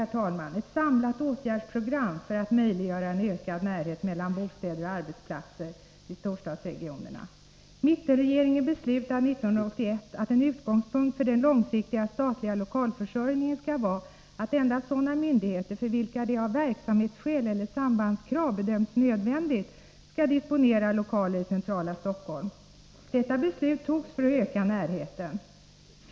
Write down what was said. Det krävs ett samlat åtgärdsprogram för att möjliggöra en ökad närhet mellan bostäder och arbetsplatser i storstadsregionerna. Mittenregeringen beslutade 1981 att en utgångspunkt för den långsiktiga statliga lokalförsörjningen skall vara att endast sådana myndigheter för vilka det av verksamhetsskäl eller på grund av sambandskrav bedöms nödvändigt skall disponera lokaler i centrala Stockholm. Detta beslut togs för att öka närheten mellan bostäder och arbetsplatser.